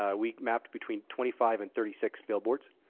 ah we mapped between twenty five and thirty six billboards.